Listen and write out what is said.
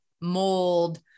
mold